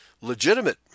legitimate